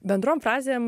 bendrom frazėm